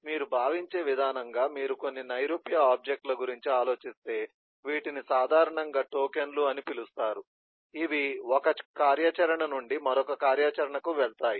కాబట్టి మీరు భావించే విధానంగా మీరు కొన్ని నైరూప్య ఆబ్జెక్ట్ ల గురించి ఆలోచిస్తే వీటిని సాధారణంగా టోకెన్లు అని పిలుస్తారు ఇవి ఒక కార్యాచరణ నుండి మరొక కార్యాచరణకు వెళతాయి